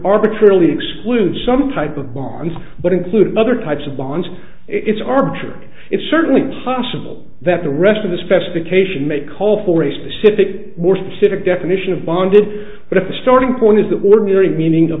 arbitrarily exclude some type of monster but include other types of lines it's arbitrary it's certainly possible that the rest of the specification may call for a specific more specific definition of bonded but if the starting point is that ordinary meaning of